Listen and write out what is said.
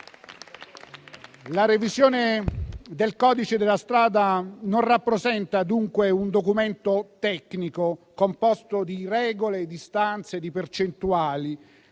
La revisione del codice della strada non rappresenta dunque un documento tecnico composto di regole, istanze e percentuali.